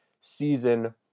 season